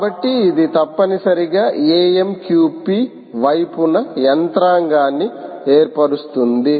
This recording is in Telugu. కాబట్టి ఇది తప్పనిసరిగా AMQP వైపున యంత్రాంగాన్ని ఏర్పరుస్తుంది